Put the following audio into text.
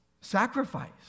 sacrifice